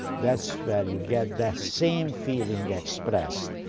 that's where you get that same feeling expressed,